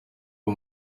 uwo